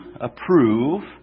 approve